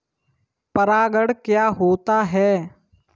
परागण क्या होता है?